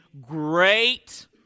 great